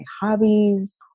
hobbies